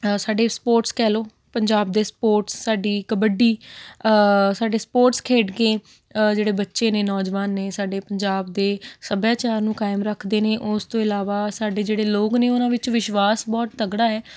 ਸਾਡੀ ਸਪੋਰਟਸ ਕਹਿ ਲਉ ਪੰਜਾਬ ਦੇ ਸਪੋਰਟਸ ਸਾਡੀ ਕਬੱਡੀ ਸਾਡੇ ਸਪੋਰਟਸ ਖੇਡ ਕੇ ਜਿਹੜੇ ਬੱਚੇ ਨੇ ਨੌਜਵਾਨ ਨੇ ਸਾਡੇ ਪੰਜਾਬ ਦੇ ਸੱਭਿਆਚਾਰ ਨੂੰ ਕਾਇਮ ਰੱਖਦੇ ਨੇ ਉਸ ਤੋਂ ਇਲਾਵਾ ਸਾਡੇ ਜਿਹੜੇ ਲੋਕ ਨੇ ਉਹਨਾਂ ਵਿੱਚ ਵਿਸ਼ਵਾਸ ਬਹੁਤ ਤਕੜਾ ਹੈ